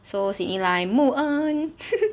so 请你来穆恩